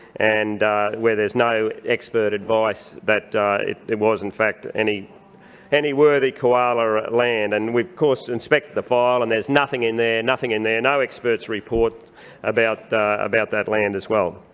and where there's no expert advice that it was in fact any any worthy koala land. and we've of course inspected the file, and there's nothing in there, nothing in there, no expert's report about about that land as well.